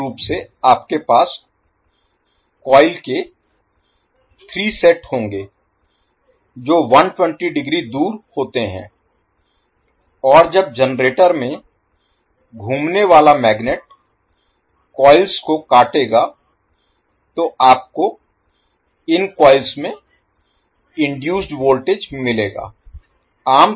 मूल रूप से आपके पास कॉइल के 3 सेट होंगे जो 120 डिग्री दूर होते हैं और जब जनरेटर में घूमने वाला मैग्नेट कॉइल्स को काटेगा तो आपको इन कॉइल्स में इनडुइसड वोल्टेज मिलेगा